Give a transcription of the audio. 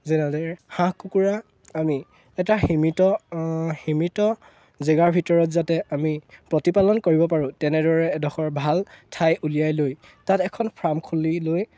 যেনেদৰে হাঁহ কুকুৰা আমি এটা সীমিত সীমিত জেগাৰ ভিতৰত যাতে আমি প্ৰতিপালন কৰিব পাৰোঁ তেনেদৰে এডোখৰ ভাল ঠাই উলিয়াই লৈ তাত এখন ফাৰ্ম খুলি লৈ